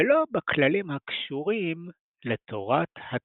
ולא בכללים הקשורים לתורת הצורות.